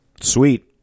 Sweet